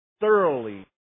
Thoroughly